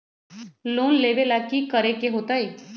Loan लेवेला की करेके होतई?